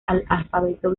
alfabeto